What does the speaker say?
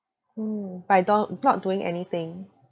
mm by don't not doing anything